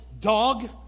dog